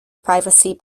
privacy